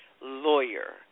lawyer